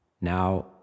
Now